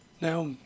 Now